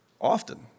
often